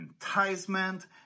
enticement